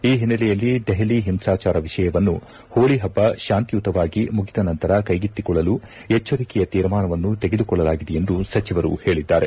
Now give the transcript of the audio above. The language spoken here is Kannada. ಈ ಹಿನ್ನೆಲೆಯಲ್ಲಿ ದೆಹಲಿ ಹಿಂಸಾಚಾರ ವಿಷಯವನ್ನು ಹೋಳ ಹಬ್ಬ ಶಾಂತಿಯುತವಾಗಿ ಮುಗಿದ ನಂತರ ಕೈಗೆತ್ತಿಕೊಳ್ಳಲು ಎಚ್ಚರಿಕೆಯ ತೀರ್ಮಾನವನ್ನು ತೆಗೆದುಕೊಳ್ಳಲಾಗಿದೆ ಎಂದು ಸಚಿವರು ಹೇಳಿದ್ದಾರೆ